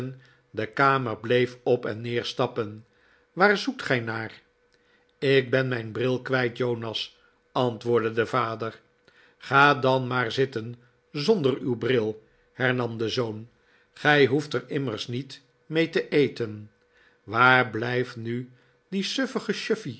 de kamer bleef op en neer stappen waar zoekt gij naar ik ben mijn bril kwijt jonas antwoordde de vader ga dan maar zitten zonder uw bril hernam de zoom gij hoeft er immers niet mee te eten waar blijft mi die